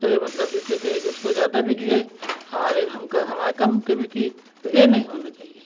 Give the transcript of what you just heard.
तो ए मतलब जैसे कहे कि उसको ज़्यादा बिक गई हमारे हमका हमाए कम के बिकी तो ए नहीं होना चाहिए